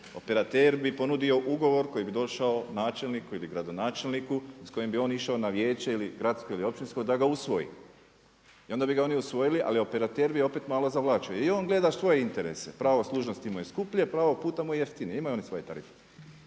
Operater bi ponudio ugovor koji bi došao načelniku ili gradonačelniku s kojim bi on išao na vijeće gradsko ili općinsko da ga usvoji. I onda bi ga onu usvojili ali operater bi opet malo zavlačio, i on gleda svoje interese. Pravo služnosti imaju skuplje, pravo puta mu je jeftinije, imaju oni svoje tarife.